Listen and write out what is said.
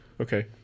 Okay